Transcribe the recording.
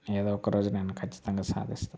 ఏదో ఒక రోజు నేను ఖచ్చితంగా సాధిస్తాను